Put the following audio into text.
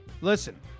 Listen